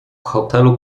hotelu